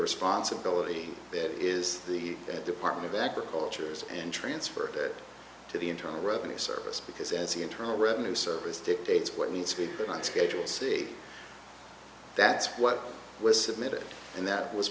responsibility that is the department of agriculture's and transfer to the internal revenue service because as the internal revenue service dictates what needs to be put on schedule c that's what was submitted and that was